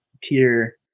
tier